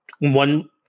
one